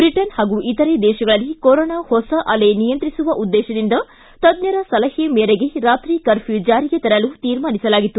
Britain ಹಾಗೂ ಇತರೆ ದೇತಗಳಲ್ಲಿ ಕೊರೋನಾ ಹೊಸ ಅಲೆ ನಿಯಂತ್ರಿಸುವ ಉದ್ದೇತದಿಂದ ತಜ್ವರ ಸಲಹೆ ಮೇರೆಗೆ ರಾತ್ರಿ ಕರ್ಫ್ಯೂ ಜಾರಿಗೆ ತರಲು ತೀರ್ಮಾನಿಸಲಾಗಿತ್ತು